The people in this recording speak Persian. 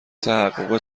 تحقق